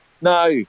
No